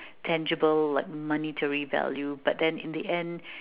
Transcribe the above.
tangible like monetary value but in the end